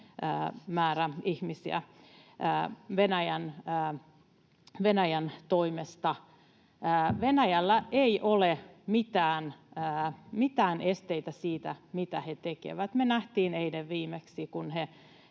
määrä ihmisiä Venäjän toimesta? Venäjällä ei ole mitään esteitä sille, mitä he tekevät. Me nähtiin eilen viimeksi, kun